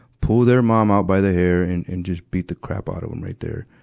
pull their mom out by the hair, and, and just beat the crap out of em right there,